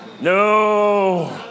No